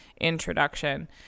introduction